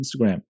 instagram